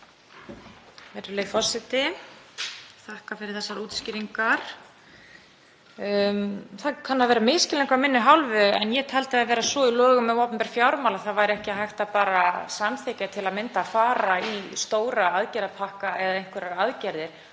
Það kann að vera misskilningur af minni hálfu, en ég taldi það vera svo í lögum um opinber fjármál að það væri ekki hægt að bara samþykkja það til að mynda að fara í stóra aðgerðapakka eða einhverjar aðgerðir